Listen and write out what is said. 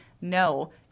no